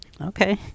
okay